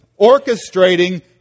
orchestrating